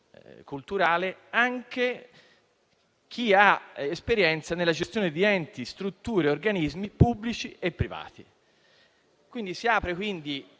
culturale si affianca chi ha esperienza nella gestione di enti, strutture e organismi pubblici e privati. Si apre quindi